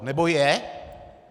Nebo je?